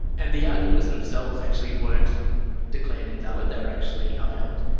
and the arguments themselves actually weren't declared invalid, they were actually upheld.